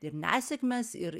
ir nesėkmes ir